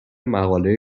مقاله